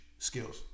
Skills